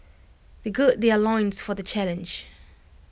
they gird their loins for the challenge